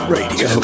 Radio